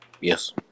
Yes